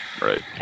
right